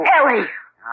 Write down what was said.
Ellie